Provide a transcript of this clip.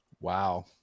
Wow